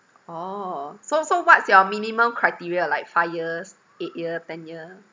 orh so so what's your minimum criteria like five years eight year ten year